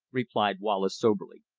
replied wallace soberly,